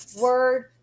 word